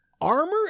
armor